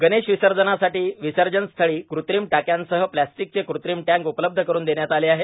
गणेश र्वसजनासाठी र्वसजनस्थळी कृत्रिम टाक्यासह प्लास्टोकचे कृत्रिम टँक उपलब्ध करून देण्यात आले आहेत